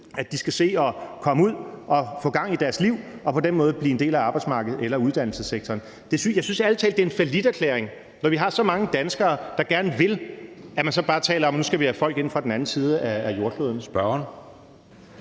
at de skal se at komme ud og få gang i deres liv og på den måde blive en del af arbejdsmarkedet eller uddannelsessektoren. Jeg synes ærlig talt, det er en falliterklæring, når vi har så mange danskere, der gerne vil, at man så bare taler om, at nu skal vi have folk fra den anden side af jordkloden ind.